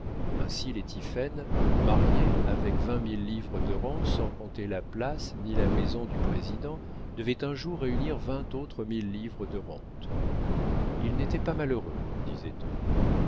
ainsi les tiphaine mariés avec vingt mille livres de rente sans compter la place ni la maison du président devaient un jour réunir vingt autres mille livres de rente ils n'étaient pas malheureux disait-on